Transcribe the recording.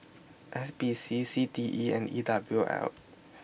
S P C C T E and E W L